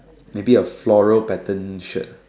maybe a floral patterned shirt